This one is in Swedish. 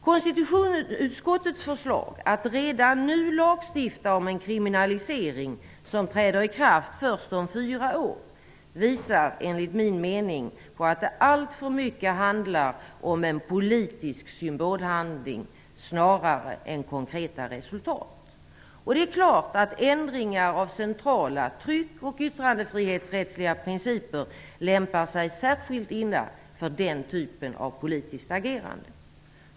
Konstitutionsutskottets förslag att redan nu lagstifta om en kriminalisering som träder i kraft först om fyra år visar därför enligt min uppfattning att det mycket handlar om en politisk symbolhandling snarare än konkreta resultat. Det är klart att ändringar av centrala tryck och yttrandefrihetsrättsliga principer lämpar sig särskilt illa för den typen av politiskt agerande.